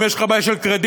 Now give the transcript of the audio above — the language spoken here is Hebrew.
אם יש לך בעיה של קרדיט,